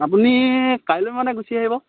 আপুনি কাইলৈ মানে গুচি আহিব